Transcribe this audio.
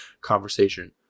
conversation